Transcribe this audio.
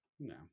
No